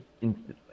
instantly